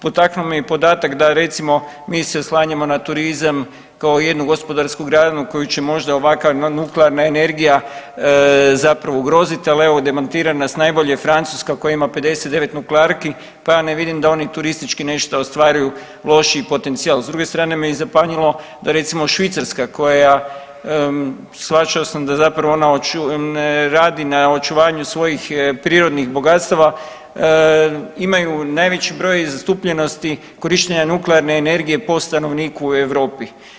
Potaknuo me i podatak da recimo mi se oslanjamo na turizam kao jednu gospodarsku granu koju će možda ovakva nuklearna energija zapravo ugrozit, al evo demantira nas najbolje Francuska koja ima 59 nuklearki, pa ja ne vidim da oni turistički nešto ostvaruju lošiji potencijal, a s druge strane me i zapanjimo da recimo Švicarska koja, shvaćao sam da zapravo ona radi na očuvanju svojih prirodnih bogatstava, imaju najveći broj zatupljenosti korištenja nuklearne energije po stanovniku u Europi.